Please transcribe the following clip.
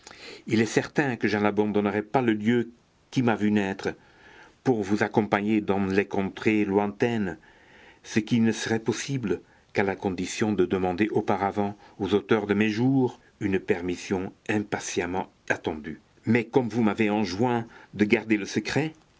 il est certain que je n'abandonnerai pas le lieu qui m'a vu naître pour vous accompagner dans les contrées lointaines ce qui ne serait possible qu'à la condition de demander auparavant aux auteurs de mes jours une permission impatiemment attendue mais comme vous m'avez enjoint de garder le secret